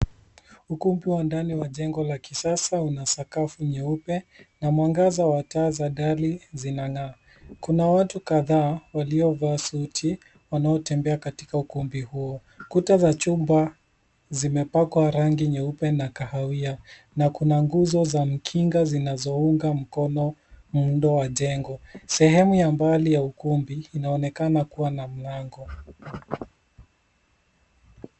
Ukumbi wa ndani wa jengo la kisasa una sakafu nyeupe na mwangaza wa taa za dari zinag'aa. Kuna watu kadhaa waliovaa suti wanaotembea katika ukumbi huo. Kuta za chumba zimepakwa rangi nyeupe na kahawia na kuna nguzo za mkinga zinazo unga mkono muundo wa jengo. Sehemu ya mbali ya ukumbi inaonekana kuwa na mlango.